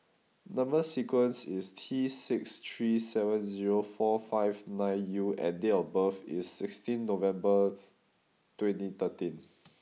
number sequence is T six three seven zero four five nine U and date of birth is sixteenth November twenty thirteen